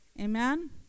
Amen